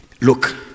look